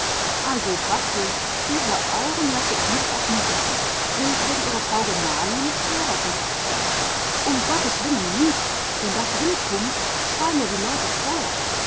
also barthel diese augen lasse ich nicht auf mir sitzen ich werde ihre frau gemahlin zur rechenschaft ziehen um gottes willen nich wenn das rumkummt schrei'n ja die leute feuer